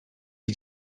you